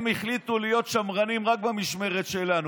הם החליטו להיות שמרנים רק במשמרת שלנו,